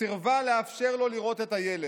סירבה לאפשר לו לראות את הילד,